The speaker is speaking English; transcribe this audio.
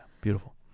Beautiful